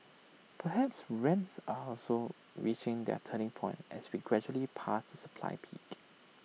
perhaps rents are also reaching their turning point as we gradually pass the supply peak